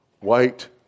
White